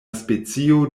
specio